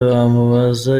wamubaza